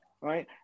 right